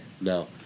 No